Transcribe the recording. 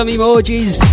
emojis